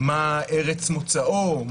מה ארץ מוצאו,